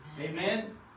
Amen